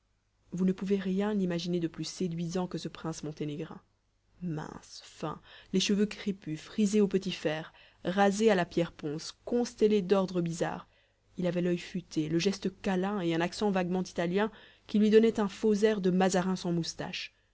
vous ne pouvez rien imaginer de plus séduisant que ce prince monténégrin mince fin les cheveux crépus frisé au petit fer rasé à la pierre ponce constellé d'ordres bizarres il avait l'oeil futé le geste câlin et un accent vaguement italien qui lui donnait un faux air de mazarin sans moustaches